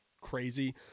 crazy